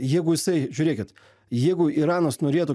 jeigu jisai žiūrėkit jeigu iranas norėtų